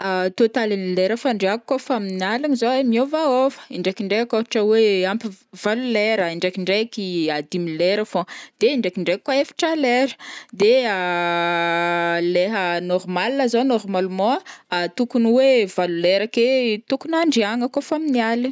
totalin'ny lera fandriako kaofa amin'ny aligny zao ai miovaova, indraikindraiky ohatra hoe ampy valo lera, indraikindraiky dimy lera fogn, de indraikindraiky koa efatra lera, de leha normal zao o normalement ah tokony hoe valo lera aké tokony andriagna kaofa amin'ny aligny.